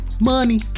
money